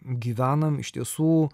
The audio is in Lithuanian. gyvenam iš tiesų